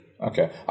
Okay